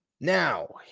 Now